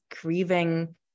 grieving